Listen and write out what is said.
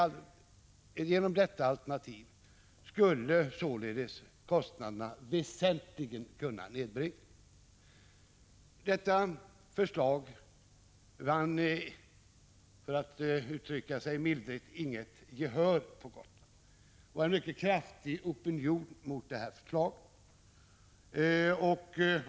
Genom detta alternativ skulle således kostnaderna väsentligen kunna nedbringas. Detta förslag vann — lindrigt uttryckt — inget gehör på Gotland. Det uppstod en mycket kraftig opinion mot förslaget.